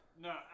No